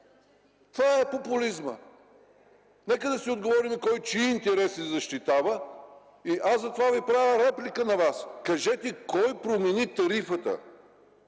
това е популизмът. Нека да си отговорим кой чии интереси защитава. Аз затова Ви правя реплика – кажете кой промени тарифата?